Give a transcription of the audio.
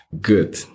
good